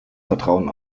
vertrauen